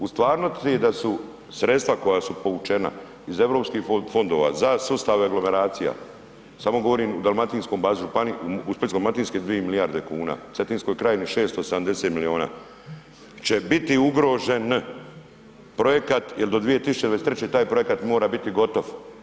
U stvarnosti je da su sredstva koja su povučena iz europskih fondova za sustave aglomeracija, samo govorim o dalmatinskom ... u Splitsko-dalmatinskoj 2 milijardi kuna, Cetinskoj krajini 670 milijuna će biti ugrožen projekt jer do 2023. taj projekat mora biti gotov.